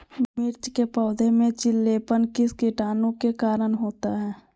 मिर्च के पौधे में पिलेपन किस कीटाणु के कारण होता है?